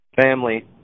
family